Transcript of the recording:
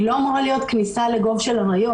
להבנתי זאת לא אמורה להיות כניסה לגוב אריות.